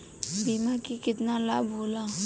बीमा के केतना लाभ होला?